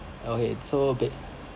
okay so ba~